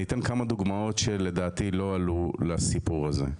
אני אתן כמה דוגמאות, שלדעתי לא עלו לסיפור הזה.